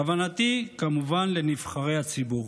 כוונתי כמובן לנבחרי הציבור.